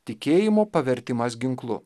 tikėjimo pavertimas ginklu